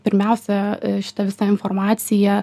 pirmiausia šita visa informacija